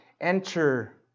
enter